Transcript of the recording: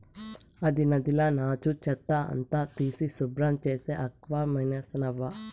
అది నదిల నాచు, చెత్త అంతా తీసి శుభ్రం చేసే ఆక్వామిసనవ్వా